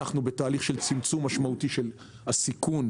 אנחנו בתהליך צמצום משמעותי של הסיכון,